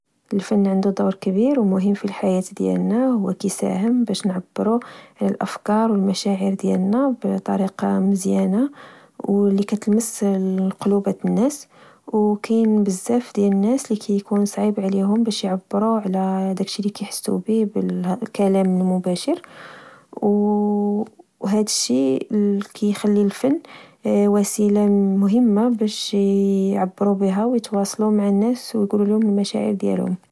الفن عندو دور كبير ومهم فالحياة ديالنا ، هو كيساهم باش نعبرو على الأفكار والمشاعر ديالنا بطريقة مزيانة واللي كتلمس قلوبا الناس. وكاين بزاف ديال الناس اللي ككون صعيب عليهم باش يعبروا على داك الشي اللي كحسو بيه بالكلام المباشر وهاد الشي كخلي الفن وسيلة مهمة باش يعبرو بيها ويتواصلو مع الناس و يچولو ليهم المشاعر ديالهم